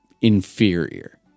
inferior